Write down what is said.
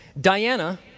Diana